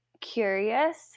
curious